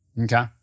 Okay